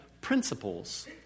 principles